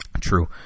true